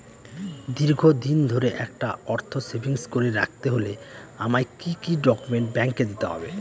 দীর্ঘদিন ধরে একটা অর্থ সেভিংস করে রাখতে হলে আমায় কি কি ডক্যুমেন্ট ব্যাংকে দিতে হবে?